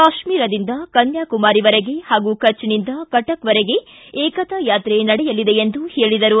ಕಾಶ್ಮೀರದಿಂದ ಕನ್ಯಾಕುಮಾರಿವರೆಗೆ ಹಾಗೂ ಕಚ್ನಿಂದ ಕಟಕ್ವರೆಗೆ ಏಕತಾ ಯಾತ್ರೆ ನಡೆಯಲಿದೆ ಎಂದರು